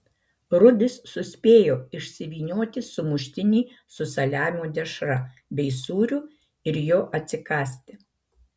rudis suspėjo išsivynioti sumuštinį su saliamio dešra bei sūriu ir jo atsikąsti